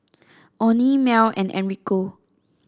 Onie Mell and Enrico